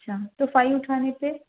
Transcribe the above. اچھا تو فائیو اٹھانے پہ